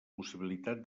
possibilitat